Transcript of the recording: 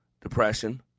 depression